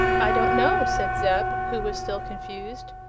i don't know, said zeb, who was still confused.